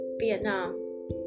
Vietnam